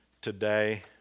today